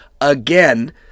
again